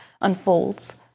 unfolds